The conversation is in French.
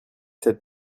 cette